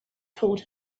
told